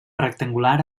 rectangular